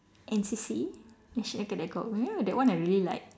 N_C_C national cadet cop you know that one I really like